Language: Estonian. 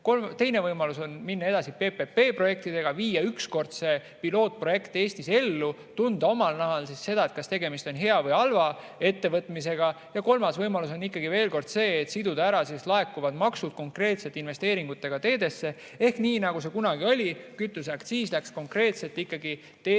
Teine võimalus on minna edasi PPP‑projektidega, viia ükskord see pilootprojekt Eestis ellu, tunda omal nahal seda, kas tegemist on hea või halva ettevõtmisega. Kolmas võimalus on ikkagi veel kord see, et siduda laekuvad maksud konkreetselt investeeringutega teedesse, nii nagu see kunagi oli, kui kütuseaktsiis läks konkreetselt ikkagi teede ja